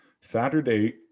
Saturday –